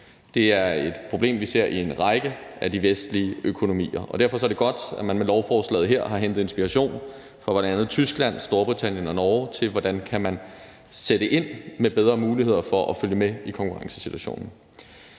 Det er et problem, vi ser i en række af de vestlige økonomier, og derfor er det godt, at man med lovforslaget her har hentet inspiration fra bl.a. Tyskland, Storbritannien og Norge til, hvordan man kan sætte ind med bedre muligheder for at følge med i konkurrencesituationen.